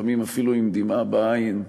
לפעמים אפילו עם דמעה בעין,